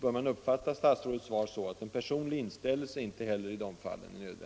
Bör man uppfatta statsrådets svar så, att inte heller personlig inställelse är nödvändig i dessa fall?